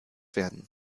werden